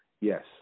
Yes